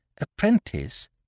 apprentice